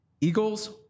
Eagles